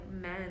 men